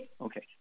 Okay